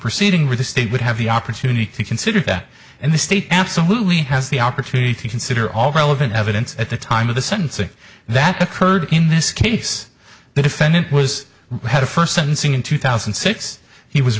proceeding with the state would have the opportunity to consider that and the state absolutely has the opportunity to consider all relevant evidence at the time of the sentencing that occurred in this case the defendant was had a first sentencing in two thousand and six he was